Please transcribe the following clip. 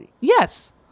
yes